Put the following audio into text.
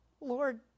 Lord